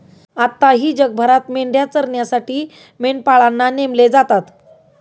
आताही जगभरात मेंढ्या चरण्यासाठी मेंढपाळांना नेमले जातात